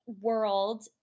world